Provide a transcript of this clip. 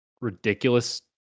ridiculous